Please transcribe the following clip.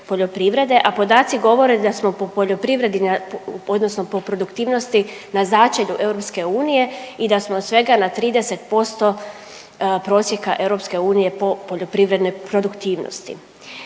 a podaci govore da smo po poljoprivredi na, odnosno po produktivnosti na začelju EU i da smo svega na 30% prosjeka EU po poljoprivrednoj produktivnosti.